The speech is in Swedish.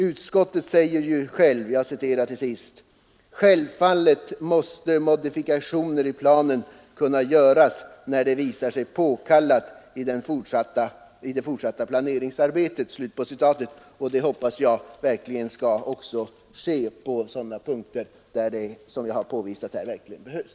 Utskottet säger ju: ”Självfallet måste modifikationer i planen kunna göras när det visar sig påkallat i det fortsatta planeringsarbetet.” Det hoppas jag också skall ske på sådana punkter där det, som jag har påvisat här, verkligen behövs.